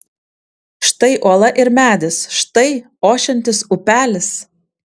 štai uola ir medis štai ošiantis upelis